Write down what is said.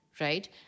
right